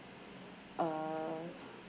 uh